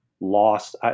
lost